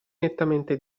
nettamente